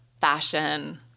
fashion